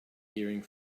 hearing